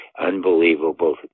unbelievable